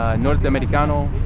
north american are